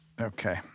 Okay